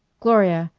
gloria,